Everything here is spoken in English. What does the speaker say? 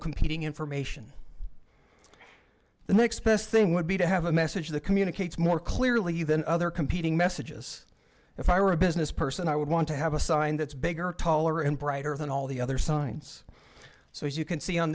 competing information the next best thing would be to have a message that communicates more clearly than other competing messages if i were a business person i would want to have a sign that's bigger taller and brighter than all the other signs so as you can see on